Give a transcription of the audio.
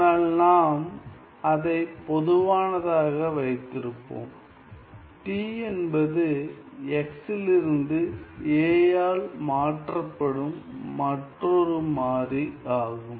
ஆனால் நாம் அதை பொதுவானதாக வைத்திருப்போம் t என்பது x இலிருந்து a ஆல் மாற்றப்படும் மற்றொரு மாறி ஆகும்